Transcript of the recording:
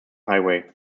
highway